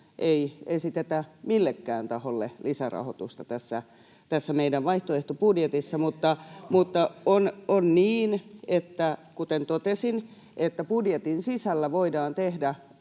ei esitetä millekään taholle lisärahoitusta, [Tuomas Kettunen: Ei edes maataloudelle!] mutta on niin, kuten totesin, että budjetin sisällä voidaan tehdä